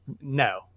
no